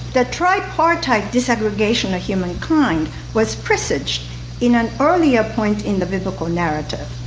the tripartite disaggregation of humankind was presaged in an army appoint in the biblical narrative.